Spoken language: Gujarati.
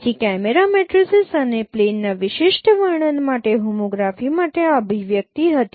તેથી કેમેરા મેટ્રિસીસ અને પ્લેનના વિશિષ્ટ વર્ણન માટે હોમોગ્રાફી માટે આ અભિવ્યક્તિ હતી